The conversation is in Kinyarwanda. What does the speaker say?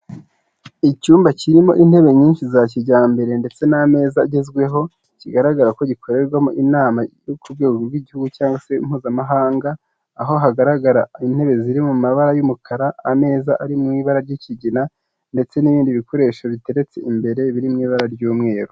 Icyumba kirimo intebe nyinshi za kijyambere ndetse n'ameza agezweho, kigaragara ko gikorerwamo inama yo ku rwego rw'igihugu cyangwa se mpuzamahanga, aho hagaragara intebe ziri mu mabara y'umukara, ameza ari mu ibara ry'ikigina ndetse n'ibindi bikoresho biteretse imbere biri mu ibara ry'umweru.